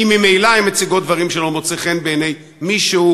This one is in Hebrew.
כי ממילא הן מציגות דברים שלא מוצאים חן בעיני מישהו.